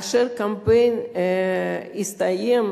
וכאשר הקמפיין הסתיים,